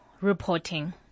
Reporting